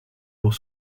pour